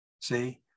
see